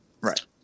Right